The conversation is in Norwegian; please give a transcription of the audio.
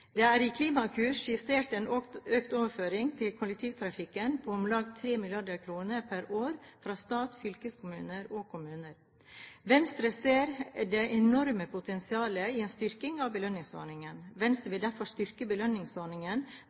Det er i Klimakur skissert en økt overføring til kollektivtrafikken på om lag 3 mrd. kr per år fra stat, fylkeskommuner og kommuner. Venstre ser det enorme potensialet i en styrking av belønningsordningen. Venstre vil derfor styrke belønningsordningen